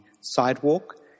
sidewalk